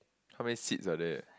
how many seats are there